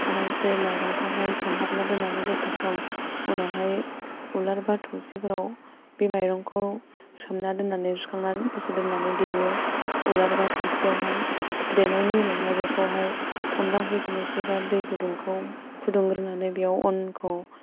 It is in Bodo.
आरामसे मायरंखौहाय सोमहाबना दोन्नानै दसे सम उनावहाय उलार बा थौसिफोराव बे मायरंखौ सोमना दोन्नानै सुखांनानै दसे दोन्नानै देयो उलार बा थौसियाहाय देनायनि उनावहाय बेखौहाय अनला ओंख्रि संनोसैबा दैखौ गुदुंखौ फुदुंग्रोनानै बेयाव अनखौ